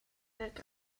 nag